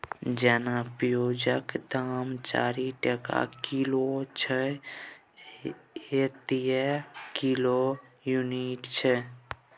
जेना पिओजक दाम चारि टका किलो छै एतय किलो युनिट छै